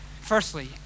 Firstly